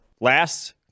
Last